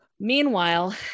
Meanwhile